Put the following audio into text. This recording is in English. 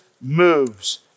moves